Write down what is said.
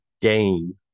game